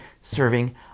serving